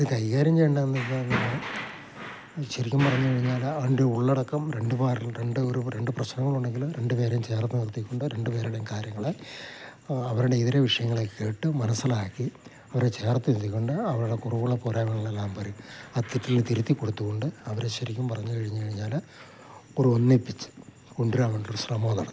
ഇത് കൈകാര്യം ചെയ്യേണ്ടന്ന് പറഞ്ഞ് കഴിഞ്ഞാൽ ശരിക്കും പറഞ്ഞു കഴിഞ്ഞാൽ അതിൻ്റെ ഉള്ളടക്കം രണ്ട് പാരിൽ രണ്ട് രണ്ട് പ്രശ്നങ്ങൾ ഉണ്ടെങ്കിൽ രണ്ട് പേരേം ചേർത്ത് നിർത്തിക്കൊണ്ട് രണ്ട് പേരുടേയും കാര്യങ്ങളെ അവരുടെ ഇതിരെ വിഷയങ്ങളെ കേട്ട് മനസ്സിലാക്കി അവരെ ചേർത്ത് ഇരുത്തിക്കൊണ്ട് അവരുടെ കുറവുള്ള കുറെ എല്ലാം പറരും അ തെറ്റ് എല്ലാം തിരുത്തി കൊടുത്തു കൊണ്ട് അവരെ ശരിക്കും പറഞ്ഞു കഴിഞ്ഞ് കഴിഞ്ഞാൽ ഒരു ഒന്നിപ്പിച്ച് കൊണ്ടരാവേണ്ടൊരു ശ്രമം അതാണ്